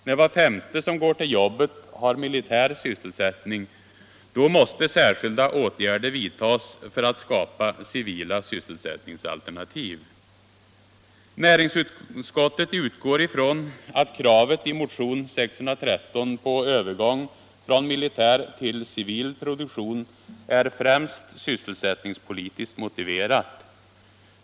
När var femte person som går till jobbet har militär sysselsättning, då måste särskilda åtgärder vidtas för att skapa civila sysselsättningsalternativ. Näringsutskottet utgår ifrån att kravet i motionen 613 på övergång från militär till civil produktion är främst sysselsättningspolitiskt motiverat.